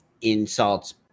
insults